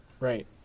Right